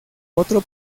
otro